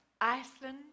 Iceland